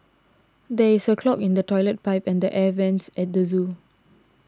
there is a clog in the Toilet Pipe and the Air Vents at the zoo